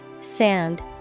sand